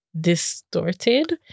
distorted